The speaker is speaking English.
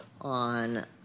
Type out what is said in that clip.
on